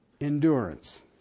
endurance